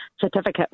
certificate